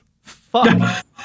Fuck